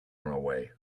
away